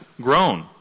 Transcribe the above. grown